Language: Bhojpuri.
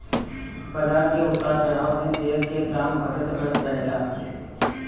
बाजार के उतार चढ़ाव से शेयर के दाम घटत बढ़त रहेला